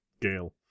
Gale